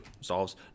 solves